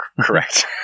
correct